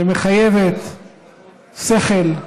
שמחייבת שכל,